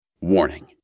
Warning